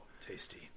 Tasty